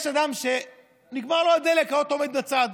יש אדם שנגמר לו הדלק, האוטו עומד בצד,